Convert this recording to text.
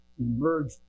emerged